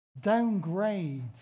downgrade